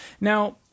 Now